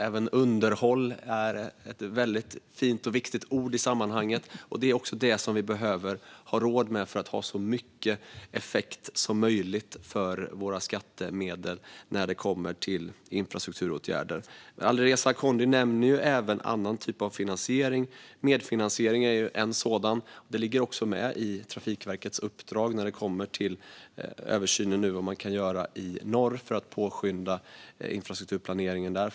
Även underhåll är ett väldigt fint och viktigt ord i sammanhanget, och det är också det som vi behöver ha råd med för att ha så mycket effekt som möjligt av våra skattemedel när det kommer till infrastrukturåtgärder. Alireza Akhondi nämner även annan typ av finansiering. Medfinansiering är en sådan. Det ligger med i Trafikverkets uppdrag när det kommer till översynen om vad man kan göra i norr för att påskynda infrastrukturplaneringen där.